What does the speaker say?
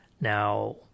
Now